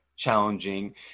challenging